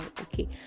okay